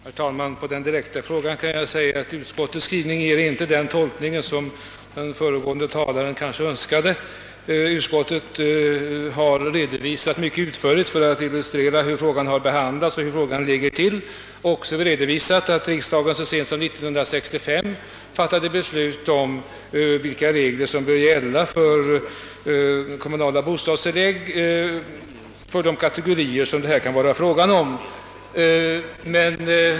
Herr talman! På direkt fråga kan jag nämna att utskottets skrivning inte ger den tolkning som den föregående talaren kanske önskar. Utskottet har mycket utförligt redovisat hur frågan behandlats och vad den innebär. Utskottet har också redovisat att riksdagen 1965 fattade beslut om vilka regler som bör gälla för kommunala bostadstillägg för de kategorier som det här kan vara fråga om.